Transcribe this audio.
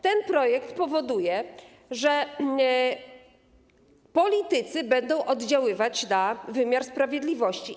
Ten projekt powoduje, że politycy będą oddziaływać na wymiar sprawiedliwości.